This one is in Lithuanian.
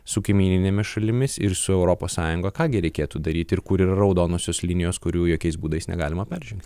su kaimyninėmis šalimis ir su europos sąjunga ką gi reikėtų daryti ir kur yra raudonosios linijos kurių jokiais būdais negalima peržengti